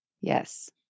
Yes